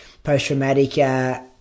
post-traumatic